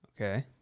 Okay